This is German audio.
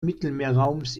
mittelmeerraums